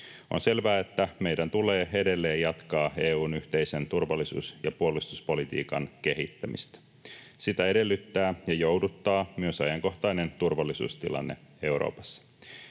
On selvää, että meidän tulee edelleen jatkaa EU:n yhteisen turvallisuus- ja puolustuspolitiikan kehittämistä. Sitä edellyttää ja jouduttaa myös ajankohtainen turvallisuustilanne Euroopassa.